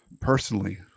personally